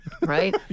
Right